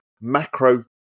macro